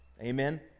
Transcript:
amen